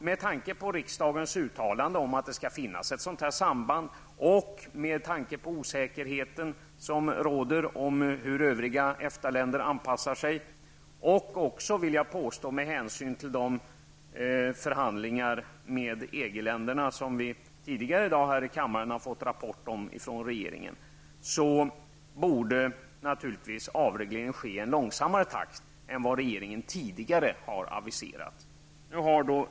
Med tanke på riksdagens uttalande om att det skall finnas ett samband, med tanke på den osäkerhet som råder om hur övriga EFTA-länder anpassar sig och -- vill jag påstå -- med hänsyn till de förhandlingar med EG-länderna som vi tidigare i dag här i kammaren har fått rapport om från regeringen, borde naturligtvis avregleringen ske i en långsammare takt än vad regeringen tidigare har aviserat.